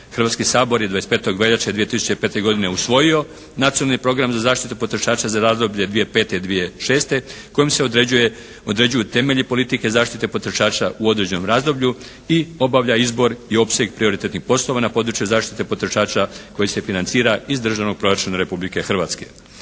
Hrvatski sabor je 25. veljače 2005. godine usvojio Nacionalni program za zaštitu potrošača za razdoblje 2005.-2006. kojim se određuju temelji politike zaštite potrošača u određenom razdoblju i obavlja izbor i opseg prioritetnih poslova na području zaštite potrošača koji se financira iz državnog proračuna Republike Hrvatske.